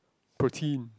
protein